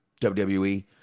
WWE